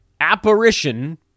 apparition